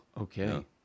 Okay